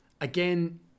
Again